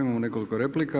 Imamo nekoliko replika.